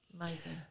amazing